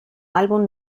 álbum